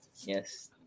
Yes